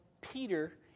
Peter